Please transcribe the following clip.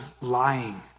lying